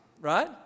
right